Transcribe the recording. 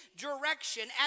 direction